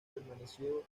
permaneció